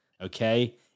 okay